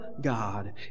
God